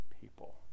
people